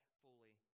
fully